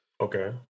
Okay